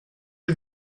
you